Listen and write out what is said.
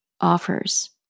offers